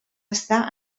està